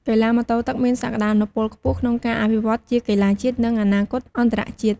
កីឡាម៉ូតូទឹកមានសក្តានុពលខ្ពស់ក្នុងការអភិវឌ្ឍជាកីឡាជាតិ និងអនាគតអន្តរជាតិ។